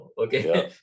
Okay